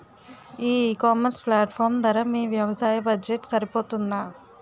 ఈ ecommerce platform ధర మీ వ్యవసాయ బడ్జెట్ సరిపోతుందా?